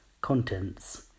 Contents